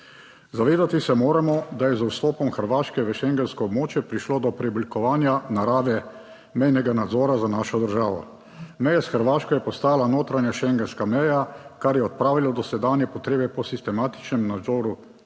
Zavedati se moramo, da je z vstopom Hrvaške v schengensko območje prišlo do preoblikovanja narave mejnega nadzora za našo državo. Meja s Hrvaško je postala notranja schengenska meja, kar je odpravilo dosedanje potrebe po sistematičnem nadzoru na